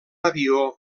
avió